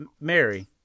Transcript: Mary